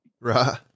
Right